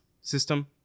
system